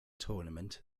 tournament